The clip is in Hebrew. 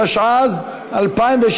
התשע"ז 2017,